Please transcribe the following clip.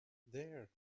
there